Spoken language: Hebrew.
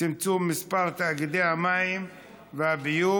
(צמצום מספר תאגידי המים והביוב),